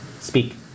speak